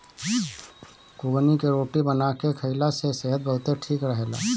कुगनी के रोटी बना के खाईला से सेहत बहुते ठीक रहेला